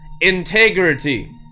Integrity